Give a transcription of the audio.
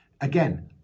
Again